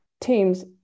teams